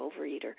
overeater